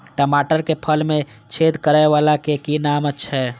टमाटर के फल में छेद करै वाला के कि नाम छै?